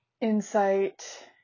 insight